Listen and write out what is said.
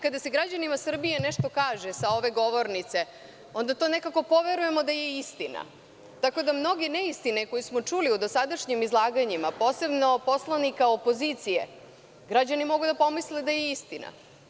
Kada se građanima Srbije nešto kaže sa ove govornice onda to nekako poveruju da je istina, tako da mnogo neistine koje smo čuli u dosadašnjim izlaganjima, posebno od poslanika opozicije, građani mogu da pomisle da je istina.